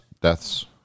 deaths